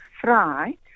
Fry